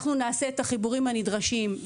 נעשה את החיבורים הנדרשים.